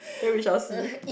then we shall see